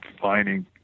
finding